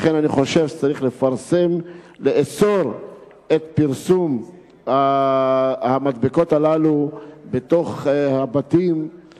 לכן אני חושב שצריך לאסור את פרסום המדבקות הללו בתוך הבתים,